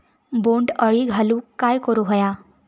बोंड अळी घालवूक काय करू व्हया?